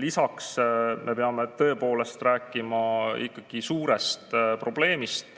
Lisaks me peame tõepoolest rääkima ikkagi suurest probleemist,